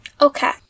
okay